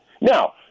Now